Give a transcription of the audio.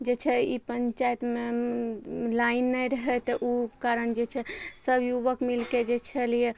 जे छै ई पंचायतमे लाइन नहि रहय तऽ उ कारण जे छै सब युवक मिलके जे छलियै